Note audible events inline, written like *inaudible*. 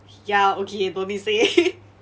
ya okay don't need say *laughs*